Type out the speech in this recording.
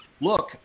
look